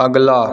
अगला